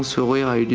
so we are at